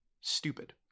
stupid